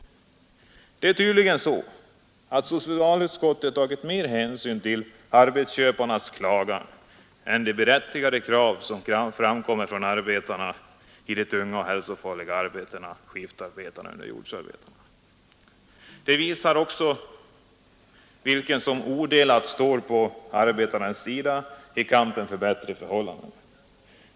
Socialutskottet har tydligen tagit mer hänsyn till arbetsköparnas klagan än till de berättigade krav som ställs av arbetarna i tunga och hälsofarliga arbeten, skiftarbetare och underjordsarbetare. Det visar också vilka som odelat står på arbetarnas sida i kampen för bättre förhållanden.